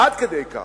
עד כדי כך.